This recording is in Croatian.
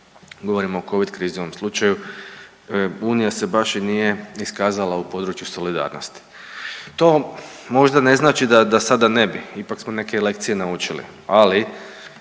govorim o Covid krizi u ovom slučaju, unija se baš i nije iskazala u području solidarnosti. To možda ne znači da sada ne bi, ipak smo neke lekcije naučili, ali